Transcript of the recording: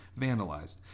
vandalized